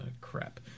Crap